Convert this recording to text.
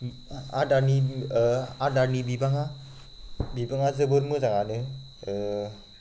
आदारनि आदारनि बिबाङा बिबाङा जोबोद मोजाङानो